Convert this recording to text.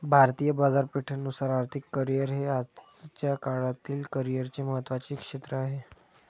भारतीय बाजारपेठेनुसार आर्थिक करिअर हे आजच्या काळातील करिअरचे महत्त्वाचे क्षेत्र आहे